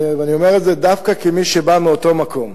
ואני אומר את זה דווקא כמי שבא מאותו מקום,